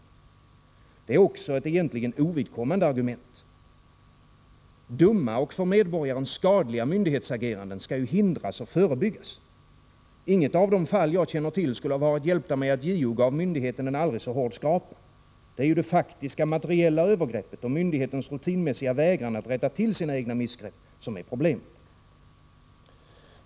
Det är också ett egentligen ovidkommande argument. Dumma och för medborgaren skadliga myndighetsageranden skall hindras och förebyggas. Inget av de fall jag känner till skulle ha varit hjälpta med att JO gav myndigheten en aldrig så hård skrapa. Det är ju det faktiska, materiella övergreppet och myndighetens rutinmässiga vägran att rätta till sina egna missgrepp som är problemet.